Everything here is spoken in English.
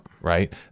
right